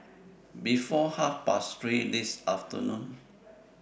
before Half Past three This afternoon